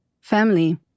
Family